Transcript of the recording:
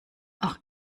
auch